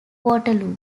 waterloo